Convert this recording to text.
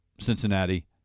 Cincinnati